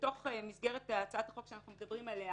בתוך מסגרת הצעת החוק שאנחנו מדברים עליה